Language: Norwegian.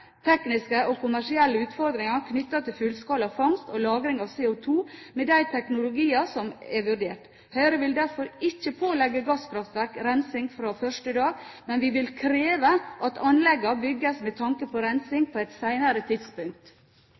tekniske og kommersielle utfordringer knyttet til fullskala fangst og lagring av CO2 med de teknologier som er vurdert. Høyre vil derfor ikke pålegge gasskraftverk rensing fra første dag, men vi vil kreve at anleggene bygges med tanke på rensing på et senere tidspunkt.